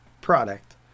product